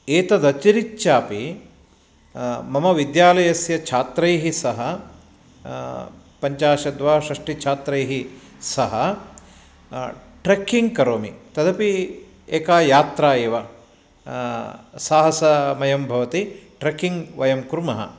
एतदतिरिच्यापि मम विद्यालयस्य छात्रैः सह पञ्चाषद्वा षष्टिछात्रैः सह ट्रेक्किङ्ग् करोमि तदपि एका यात्रा एव साहसमयं भवति ट्रकिङ्ग् वयं कुर्मः